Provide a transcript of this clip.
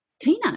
Tina